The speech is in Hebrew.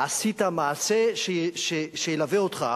עשית מעשה שילווה אותך